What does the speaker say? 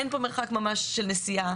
אין פה ממש מרחק של נסיעה.